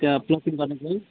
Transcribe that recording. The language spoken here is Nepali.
त्यो प्रोफिट गर्ने कोही